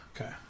Okay